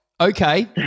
Okay